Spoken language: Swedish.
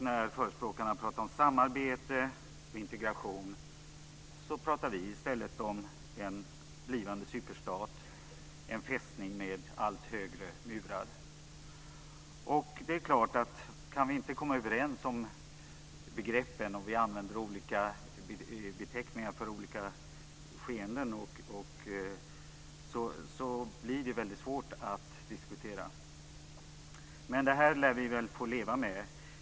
När förespråkarna talar om samarbete och integration talar vi i stället om en blivande superstat, en fästning med allt högre murar. Kan vi inte komma överens om begreppen och använder olika beteckningar för olika skeenden blir det väldigt svårt att diskutera. Det lär vi få leva med.